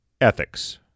ethics